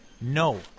No